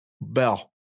Bell